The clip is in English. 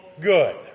good